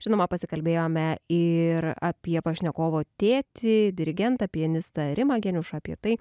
žinoma pasikalbėjome ir apie pašnekovo tėtį dirigentą pianistą rimą geniušą apie tai